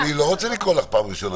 אני לא רוצה לקרוא אותך פעם ראשונה.